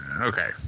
Okay